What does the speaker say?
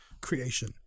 creation